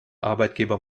arbeitgeber